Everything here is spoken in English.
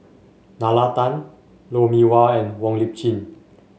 Nalla Tan Lou Mee Wah and Wong Lip Chin